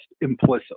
implicitly